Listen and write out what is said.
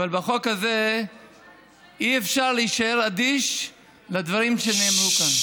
אבל בחוק הזה אי-אפשר להישאר אדיש לדברים שנאמרו כאן.